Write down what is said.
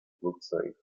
flugzeug